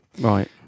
Right